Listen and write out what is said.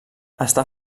està